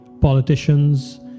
politicians